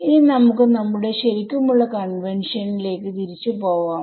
ഇനി നമുക്ക് നമ്മുടെ ശരിക്കുമുള്ള കൺവെൻഷൻ ലേക്ക് തിരിച്ചു പോവാം